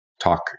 talk